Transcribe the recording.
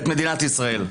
את מדינת ישראל.